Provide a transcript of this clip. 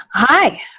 Hi